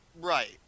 Right